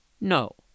no